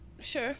Sure